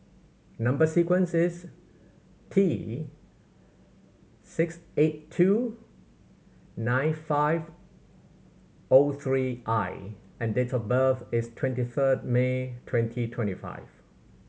number sequence is T six eight two nine five zero three I and date of birth is twenty third May twenty twenty five